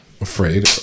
afraid